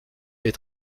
est